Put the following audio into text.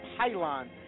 pylon